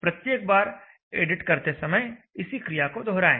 प्रत्येक बार एडिट करते समय इसी क्रिया को दोहराएं